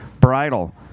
bridle